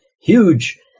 huge